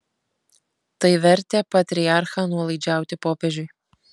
tai vertė patriarchą nuolaidžiauti popiežiui